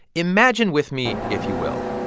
imagine with me, if you will,